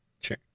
Sure